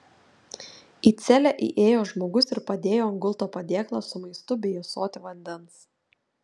į celę įėjo žmogus ir padėjo ant gulto padėklą su maistu bei ąsotį vandens